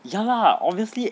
ya lah obviously